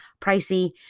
pricey